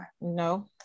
No